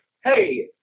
hey